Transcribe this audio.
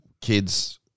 kids